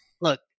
look